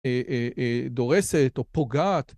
אהה אהה אהה דורסת או פוגעת.